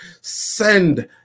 send